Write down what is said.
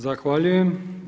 Zahvaljujem.